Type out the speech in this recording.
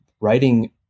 writing